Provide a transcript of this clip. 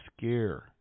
scare